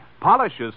polishes